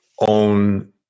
own